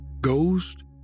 ghost